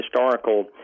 historical